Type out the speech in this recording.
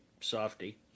softy